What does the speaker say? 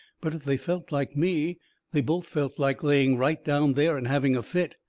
but if they felt like me they both felt like laying right down there and having a fit.